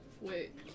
Wait